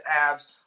abs